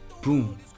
Boom